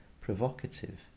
provocative